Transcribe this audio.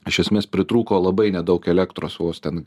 iš esmės pritrūko labai nedaug elektros vos ten